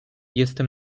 jestem